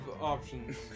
options